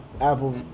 Apple